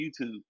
YouTube